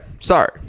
sorry